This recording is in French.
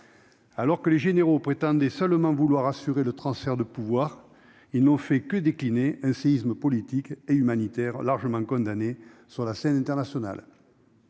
Alors que les généraux prétendaient seulement vouloir assurer le transfert du pouvoir, ils n'ont fait que déclencher un séisme politique et humanitaire largement condamné sur la scène internationale.